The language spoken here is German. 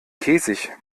käsig